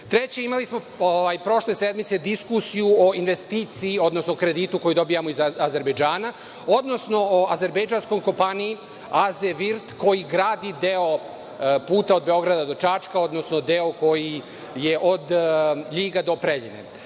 imali smo proše sednice diskusiju o investiciji, odnosno o kreditu koji dobijamo iz Azerbejdžana, odnosno o azerbejndžanskoj kompaniji „Azevirt“ koji gradi deo puta od Beograda do Čačka, odnosno deo koji je od Ljiga do Preljine. Videli